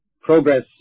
progress